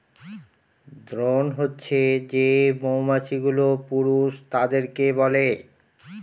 drone হছে যে মৌমাছি গুলো পুরুষ তাদেরকে বলে